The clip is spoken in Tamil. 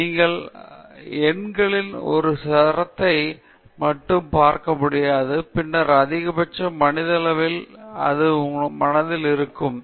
ஒரு மேசை மிக அதிகமானதாக இருப்பதை மிகச் சிறப்பாக தெரிவிக்கவில்லை நீங்கள் எண்களின் ஒரு சரத்தை மட்டும் பார்க்க முடியாது பின்னர் அதிகபட்சம் மனதளவில் உங்கள் மனதில் நிற்க முடியும்